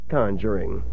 Conjuring